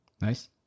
nice